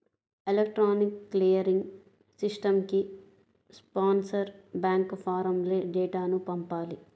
electronic clearing సిస్టమ్కి sponsor bank ఫారమ్లో డేటాను పంపాలి